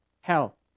hell